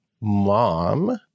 mom